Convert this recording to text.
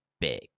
big